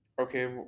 okay